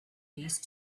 these